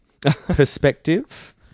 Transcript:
perspective